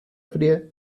fría